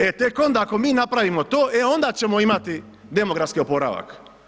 E tek onda ako mi napravimo to, e onda ćemo imati demografski oporavak.